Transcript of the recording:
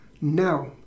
Now